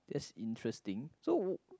that's interesting so